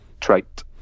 trait